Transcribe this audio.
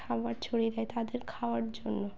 খাবার ছড়িয়ে দেয় তাদের খাওয়ার জন্য